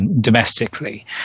domestically